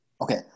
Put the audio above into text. Okay